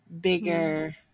bigger